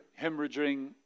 hemorrhaging